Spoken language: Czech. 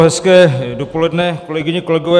Hezké dopoledne, kolegyně, kolegové.